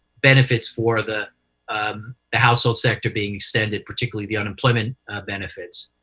benefits for the household sector being extended, particularly the unemployment benefits.